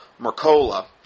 Mercola